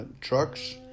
trucks